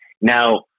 Now